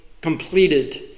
completed